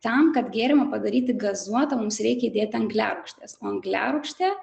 tam kad gėrimą padaryti gazuotą mums reikia įdėti angliarūgštės o angliarūgštė